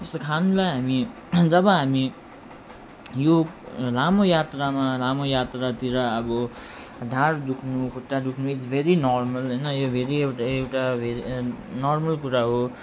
यस्तो खानुलाई हामी जब हामी यो लामो यात्रामा लामो यात्रातिर अब ढाड दुख्नु खुट्टा दुख्नु इट्स भेरी नर्मल होइन यो भेरी एउटा एउटा भेरी नर्मल कुरा हो